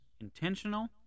intentional